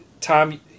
Tom